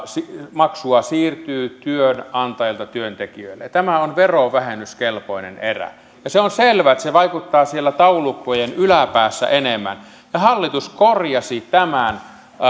siirtyy työnantajilta työntekijöille ja tämä on verovähennyskelpoinen erä se on selvää että se vaikuttaa siellä taulukkojen yläpäässä enemmän ja hallitus korjasi tämän